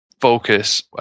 focus